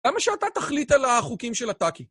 למה שאתה תחליט על החוקים של הטאקי?